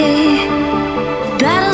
Battle